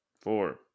four